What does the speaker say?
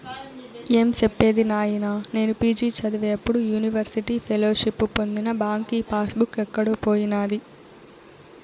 ఏం సెప్పేది నాయినా, నేను పి.జి చదివేప్పుడు యూనివర్సిటీ ఫెలోషిప్పు పొందిన బాంకీ పాస్ బుక్ ఎక్కడో పోయినాది